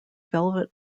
velvet